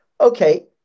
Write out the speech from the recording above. Okay